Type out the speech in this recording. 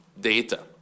data